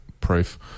proof